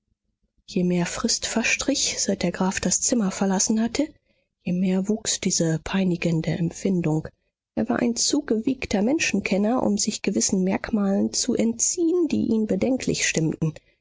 je mehr frist verstrich seit der graf das zimmer verlassen hatte je mehr wuchs diese peinigende empfindung er war ein zu gewiegter menschenkenner um sich gewissen merkmalen zu entziehen die ihn bedenklich stimmten